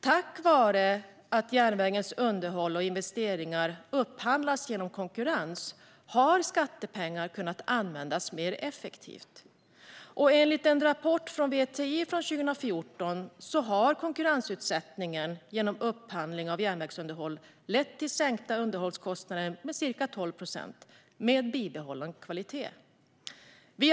Tack vare att järnvägens underhåll och investeringar upphandlas genom konkurrens har skattepengar kunnat användas mer effektivt. Enligt en rapport från VTI från 2014 har konkurrensutsättningen av upphandling av järnvägsunderhåll lett till sänkta underhållskostnader med ca 12 procent, med bibehållen kvalitet.